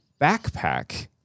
backpack